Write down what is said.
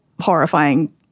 horrifying